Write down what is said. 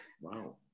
Wow